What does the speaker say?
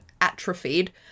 atrophied